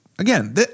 Again